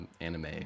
anime